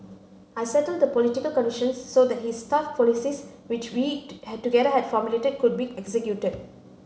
I settled the political conditions so that his tough policies which we together had formulated could be executed